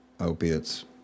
opiates